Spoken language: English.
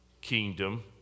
kingdom